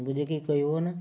ବୁଝିକି କହିବ ନା